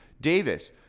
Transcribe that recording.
Davis